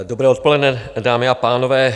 Dobré odpoledne, dámy a pánové.